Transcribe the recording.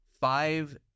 five